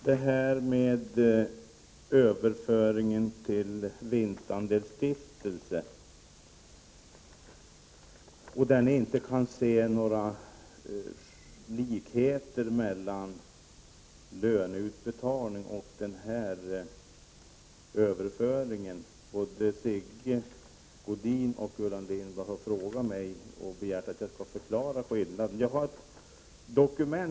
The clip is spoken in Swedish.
Beträffande överföring till vinstandelsstiftelser — kan ni inte se några likheter mellan löneutbetalning och denna överföring? Både Sigge Godin och Gullan Lindblad har begärt att jag skall förklara skillnaden.